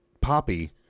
poppy